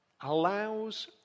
allows